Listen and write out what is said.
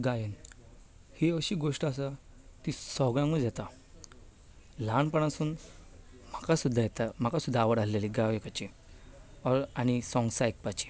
गायन ही अशी गोश्ठ आसा जी सगळ्यांकूच येता ल्हानपणासून म्हाका सुद्दां येता म्हाका सुद्दां आवड आशिल्ली गावपाची आनी सोंग्स आयकुपाची